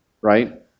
right